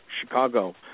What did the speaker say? Chicago